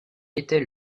était